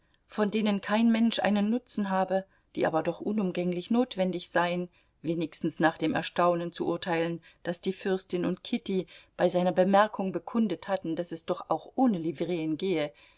von denen kein mensch einen nutzen habe die aber doch unumgänglich notwendig seien wenigstens nach dem erstaunen zu urteilen das die fürstin und kitty bei seiner bemerkung bekundet hatten daß es doch auch ohne livreen gehe